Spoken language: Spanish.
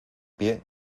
pie